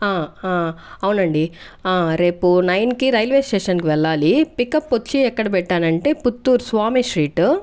ఆ ఆ అవునండి ఆ రేపు నైన్ కి రైల్వే స్టేషన్ కి వెళ్ళాలి పికప్ వచ్చి ఎక్కడ పెట్టానంటే పుత్తూరు స్వామి స్ట్రీటు